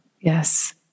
Yes